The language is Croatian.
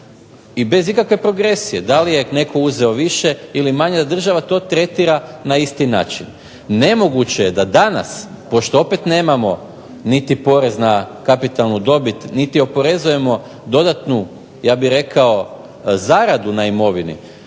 i bez ikakve progresije. Da li je netko uzeo više ili manje to država tretira na isti način. Nemoguće je da danas pošto opet nemamo niti porez na kapitalnu dobiti, niti oporezujemo ja bih rekao zaradu na imovinu,